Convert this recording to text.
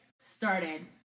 Started